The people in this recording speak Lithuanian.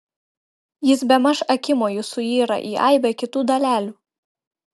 jis bemaž akimoju suyra į aibę kitų dalelių